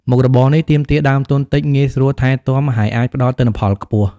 មុខរបរនេះទាមទារដើមទុនតិច ងាយស្រួលថែទាំ ហើយអាចផ្តល់ទិន្នផលខ្ពស់។